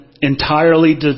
entirely